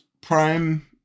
prime